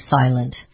silent